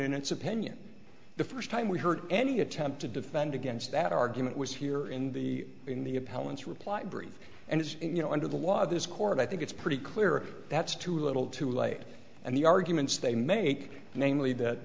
in its opinion the first time we heard any attempt to defend against that argument was here in the in the appellants reply brief and as you know under the law this court i think it's pretty clear that's too little too late and the arguments they make namely that